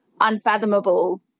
unfathomable